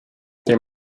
their